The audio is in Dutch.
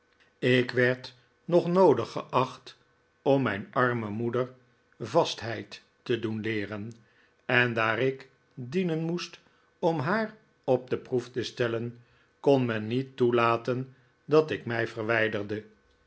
ik werd nog noodig geacht om mijn arme moeder vastheid te doen leeren en daar ik dienen moest om haar op de proef te stellen kon men niet toelaten dat ik mij verwijderde